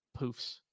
poofs